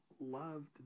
loved